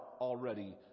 already